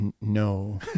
no